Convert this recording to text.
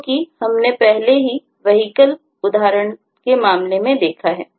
जो कि हमने पहले ही Vehicle उदाहरण के मामले में देखा है